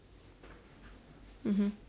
mmhmm